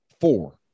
four